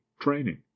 Training